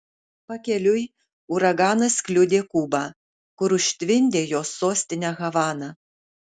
pakeliui uraganas kliudė kubą kur užtvindė jos sostinę havaną